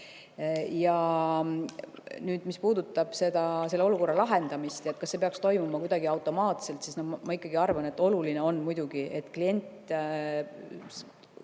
Nüüd, mis puudutab selle olukorra lahendamist, kas see peaks toimuma kuidagi automaatselt – ma ikkagi arvan, et oluline on, et klient